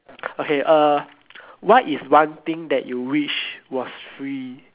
okay uh what is one thing that you wish was free